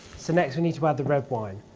so next, we need to add the red wine.